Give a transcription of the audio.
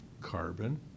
Carbon